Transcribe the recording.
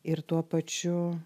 ir tuo pačiu